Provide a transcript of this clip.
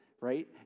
right